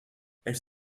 elles